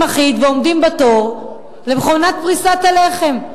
אחיד ועומדים בתור למכונת פריסת הלחם.